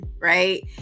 Right